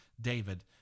David